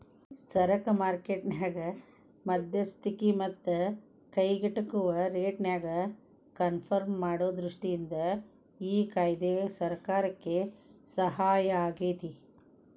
ಸರಕ ಮಾರ್ಕೆಟ್ ನ್ಯಾಗ ಮಧ್ಯಸ್ತಿಕಿ ಮತ್ತ ಕೈಗೆಟುಕುವ ರೇಟ್ನ್ಯಾಗ ಕನ್ಪರ್ಮ್ ಮಾಡೊ ದೃಷ್ಟಿಯಿಂದ ಈ ಕಾಯ್ದೆ ಸರ್ಕಾರಕ್ಕೆ ಸಹಾಯಾಗೇತಿ